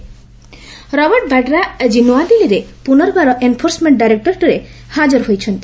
ED Vadra Robert Vadra ଆକି ନୂଆଦିଲ୍ଲୀରେ ପୁନର୍ବାର ଏନ୍ଫୋର୍ସମେଣ୍ଟ ଡାଇରେକ୍ଟୋରେଟ୍ରେ ହାଜର ହୋଇଛନ୍ତି